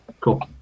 cool